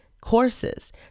courses